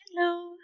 Hello